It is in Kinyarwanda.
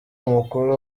umukuru